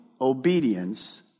obedience